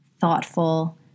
thoughtful